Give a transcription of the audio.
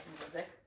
music